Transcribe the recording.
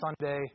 sunday